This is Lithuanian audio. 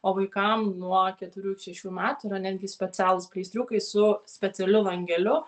o vaikam nuo keturių šešių metų yra netgi specialūs pleistriukai su specialiu langeliu